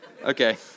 Okay